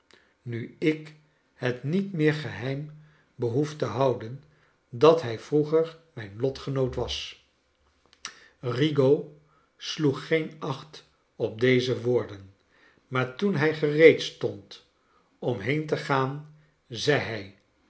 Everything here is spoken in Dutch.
nu ik het niet meer geheim behoef te houden dat hij vroeger mijn lotgenoot was rigaud sloeg geen acht op deze woorden maar toen hij gereed stond om heen te gaan zei hij